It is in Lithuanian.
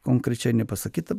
konkrečiai nepasakyta